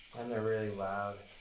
and they're really loud.